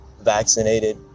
vaccinated